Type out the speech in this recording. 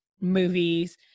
movies